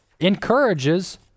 encourages